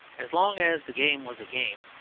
as long as the game was a game,